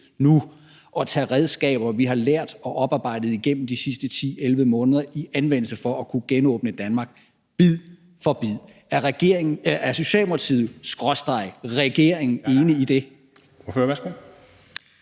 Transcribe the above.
bringe de redskaber, vi har lært om og har erfaringer med fra de sidste 10-11 måneder, i anvendelse for at kunne genåbne Danmark bid for bid. Er Socialdemokratiet skråstreg regeringen enig i det?